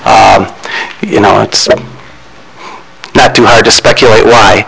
you know it's not too hard to speculate why